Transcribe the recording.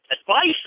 advice